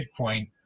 Bitcoin